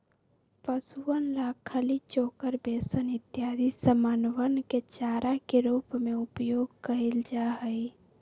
पशुअन ला खली, चोकर, बेसन इत्यादि समनवन के चारा के रूप में उपयोग कइल जाहई